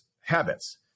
habits